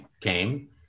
came